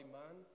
man